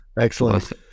Excellent